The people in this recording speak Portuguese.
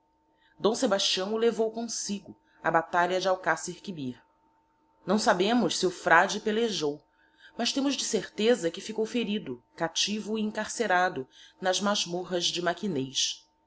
sebastião o levou comsigo á batalha de alcacerquibir não sabemos se o frade pelejou mas temos de certeza que ficou ferido captivo e encarcerado nas masmorras de maquinez